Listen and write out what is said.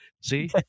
see